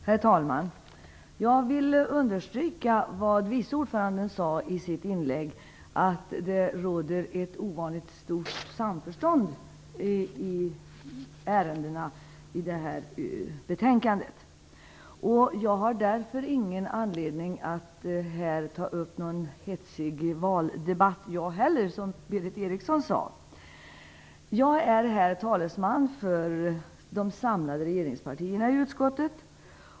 Herr talman! Jag vill understryka vad vice ordföranden sade i sitt inlägg. Det råder ett ovanligt stort samförstånd i ärendena i det här betänkandet. Jag har därför ingen anledning att här ta upp någon hetsig valdebatt. Det sade ju också Berith Jag är här talesman för de samlade regeringspartierna i utskottet.